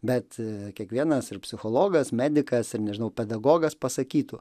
bet kiekvienas ir psichologas medikas ir nežinau pedagogas pasakytų